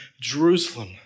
Jerusalem